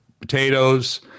potatoes